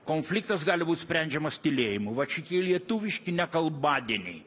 konfliktas gali būt sprendžiamas tylėjimu vat šitie lietuviški nekalbadieniai